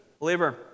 believer